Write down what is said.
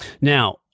now